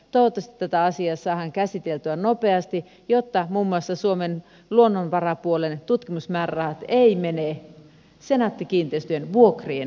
toivottavasti tämä asia saadaan käsiteltyä nopeasti jotta muun muassa suomen luonnonvarapuolen tutkimusmäärärahat eivät mene senaatti kiinteistöjen vuokrien maksamiseen